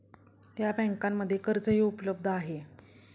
या बँकांमध्ये कर्जही उपलब्ध आहे